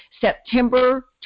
September